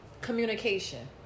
Communication